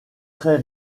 très